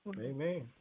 Amen